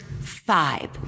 five